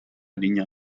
niña